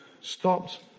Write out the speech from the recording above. stopped